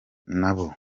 nabo